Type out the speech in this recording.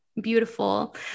beautiful